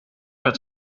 het